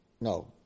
no